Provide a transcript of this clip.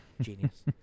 genius